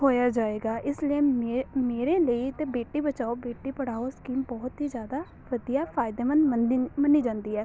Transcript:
ਹੋਇਆ ਜਾਏਗਾ ਇਸ ਲਈ ਮੇ ਮੇਰੇ ਲਈ ਤਾਂ ਬੇਟੀ ਬਚਾਓ ਬੇਟੀ ਪੜਾਓ ਸਕੀਮ ਬਹੁਤ ਹੀ ਜ਼ਿਆਦਾ ਵਧੀਆ ਫਾਇਦੇਮੰਦ ਮੰਦੀ ਮੰਨੀ ਜਾਂਦੀ ਹੈ